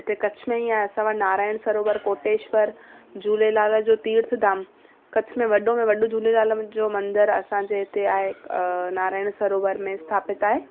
हिते कच्छ में ई आहे असां वट नाराएण सरोवर कोटेश्वर झूलेलाल जो तीर्थ धाम कच्छ में वॾो में वॾो झूलेलाल म जो मंदर असांजे हिते आहे नाराएण सरोवर में स्थापित आहे